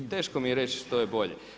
Teško mi je reći što je bolje.